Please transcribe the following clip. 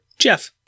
jeff